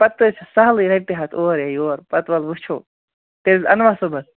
پَتہِ حظ چھُ سَہلٕے رۄپیہِ ہَتھ اور یا یور پَتہٕ وَلہٕ وٕچھو تیٚلہِ اَنوا صُبحس